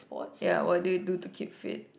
ya what do you do to keep fit